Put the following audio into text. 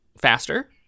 faster